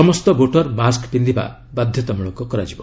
ସମସ୍ତ voter mask ପିନ୍ଧିବା ବାଧ୍ୟତାମୂଳକ କରାଯାଇଛି